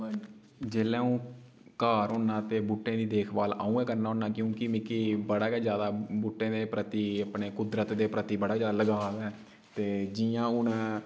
जेल्लै अ'ऊं घर होन्ना ते बूह्टें दी देख भाल अ'ऊं गै करना होन्ना क्योंकि मिगी बड़ा गै ज्यादा बूह्टें दे प्रति अपने कुदरत दे प्रति बड़ा ज्यादा लगाव ऐ ते जि'यां हून